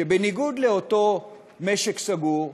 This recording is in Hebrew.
שבניגוד לאותו משק סגור,